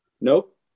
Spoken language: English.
Nope